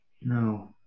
No